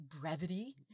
brevity